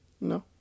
no